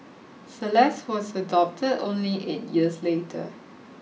Celeste was adopted only eight years later